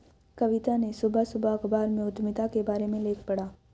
कविता ने सुबह सुबह अखबार में उधमिता के बारे में लेख पढ़ा